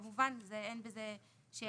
כמובן שאין בזה שאלה.